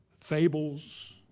fables